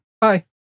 Bye